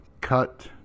cut